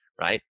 right